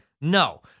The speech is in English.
no